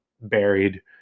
buried